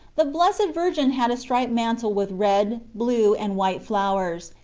the blessed virgin had a striped mantle with red, blue, and white flowers,